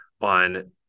on